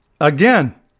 again